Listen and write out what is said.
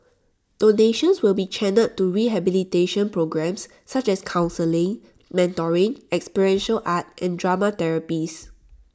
donations will be channelled to rehabilitation programmes such as counselling mentoring experiential art and drama therapies